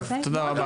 טוב, תודה רבה.